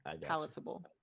Palatable